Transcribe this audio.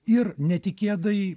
ir netikėdai